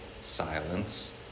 Silence